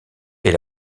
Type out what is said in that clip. est